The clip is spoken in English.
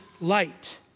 light